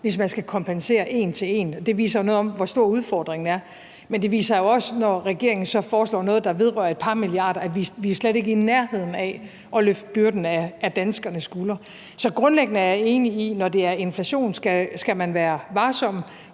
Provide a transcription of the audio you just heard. hvis man skal kompensere en til en, og det viser jo noget om, hvor stor udfordringen er. Men det viser jo også, at vi, når regeringen så foreslår noget, der vedrører et par milliarder, slet ikke er i nærheden af at løfte byrden af danskernes skuldre. Så grundlæggende er jeg enig i, at man, når der er inflation, skal være varsom,